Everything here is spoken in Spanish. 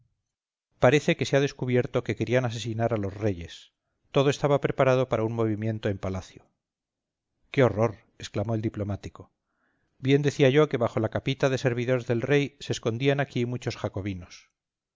parece que se ha descubierto que querían asesinar a los reyes todo estaba preparado para un movimiento en palacio qué horror exclamó el diplomático bien decía yo que bajo la capita de servidores del rey se escondían aquí muchos jacobinos